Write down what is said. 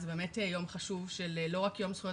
זה באמת יום חשוב של לא רק יום זכויות